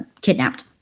kidnapped